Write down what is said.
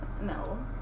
No